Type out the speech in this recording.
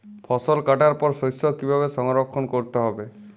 ফসল কাটার পর শস্য কীভাবে সংরক্ষণ করতে হবে?